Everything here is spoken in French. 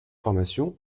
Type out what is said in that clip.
formation